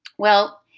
well,